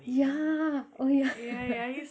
ya oh ya